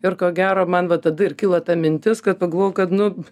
ir ko gero man va tada ir kilo ta mintis kad pagalvojau kad nu